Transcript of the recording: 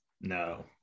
No